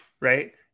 right